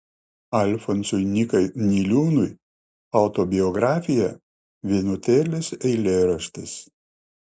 alfonsui nykai niliūnui autobiografija vienutėlis eilėraštis